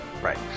Right